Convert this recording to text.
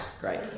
Great